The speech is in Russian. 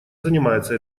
занимается